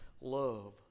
Love